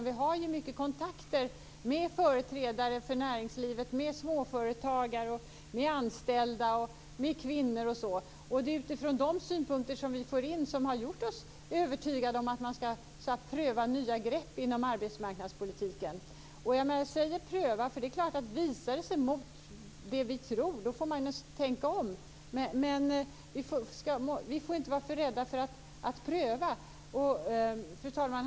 Vi har många kontakter med företrädare för näringslivet, med småföretagare, med anställda och med kvinnor, och det är de synpunkter som vi då fått som har gjort oss övertygade om att man skall pröva nya grepp inom arbetsmarknadspolitiken. Jag säger pröva, därför att om det visar sig gå emot det vi tror på får vi naturligtvis tänka om. Men vi får inte vara för rädda för att pröva. Fru talman!